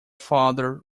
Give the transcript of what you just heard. father